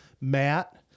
Matt